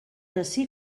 ací